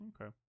Okay